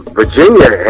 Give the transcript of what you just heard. virginia